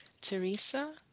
Teresa